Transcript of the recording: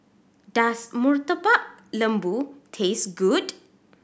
does Murtabak Lembu taste good